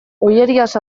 ollerias